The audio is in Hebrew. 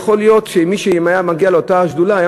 יכול להיות שאם מישהו היה מגיע לאותה שדולה היה